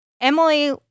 Emily